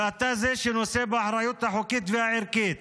ואתה זה שנושא באחריות החוקית והערכית